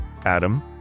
Adam